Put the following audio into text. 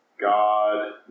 God